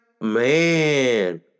Man